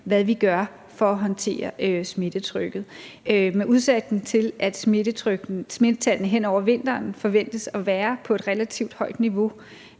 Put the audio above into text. vi kan gøre for at håndtere smittetrykket. Med udsigten til, at smittetrykket hen over vinteren forventes at være på et relativt højt niveau,